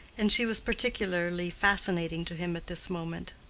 and she was particularly fascinating to him at this moment.